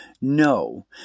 no